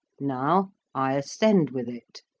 now i ascend with it.